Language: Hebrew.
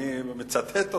ואני מצטט אותם,